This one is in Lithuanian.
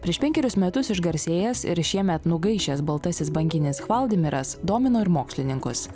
prieš penkerius metus išgarsėjęs ir šiemet nugaišęs baltasis banginis hvaldimiras domino ir mokslininkus